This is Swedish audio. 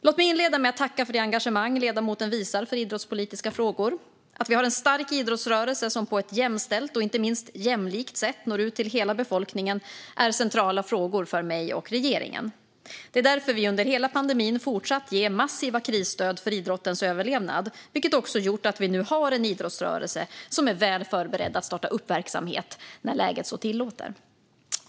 Låt mig inleda med att tacka för det engagemang ledamoten visar för idrottspolitiska frågor. Att vi har en stark idrottsrörelse som på ett jämställt och inte minst jämlikt sätt når ut till hela befolkningen är centrala frågor för mig och regeringen. Det är därför vi under hela pandemin har fortsatt att ge massiva krisstöd för idrottens överlevnad, vilket också gjort att vi nu har en idrottsrörelse som är väl förberedd att starta verksamhet när läget så tillåter.